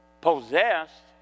possessed